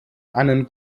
einen